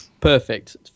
perfect